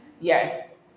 yes